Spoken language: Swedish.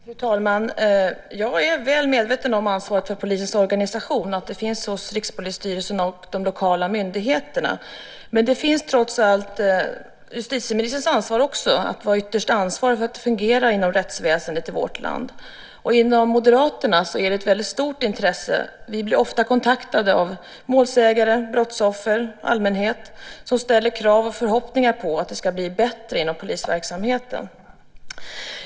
Fru talman! Jag är väl medveten om att ansvaret för polisens organisation finns hos Rikspolisstyrelsen och de lokala myndigheterna. Men justitieministern är trots allt ytterst ansvarig för att rättsväsendet fungerar i vårt land. Inom Moderaterna finns ett väldigt stort intresse. Vi blir ofta kontaktade av målsägande, brottsoffer och allmänhet som ställer krav och har förhoppningar om att det ska bli bättre inom polisverksamheten.